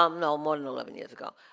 um no, more than eleven years ago.